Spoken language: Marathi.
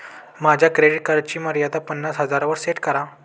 माझ्या क्रेडिट कार्डची मर्यादा पन्नास हजारांवर सेट करा